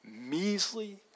measly